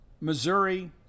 Missouri –